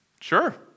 sure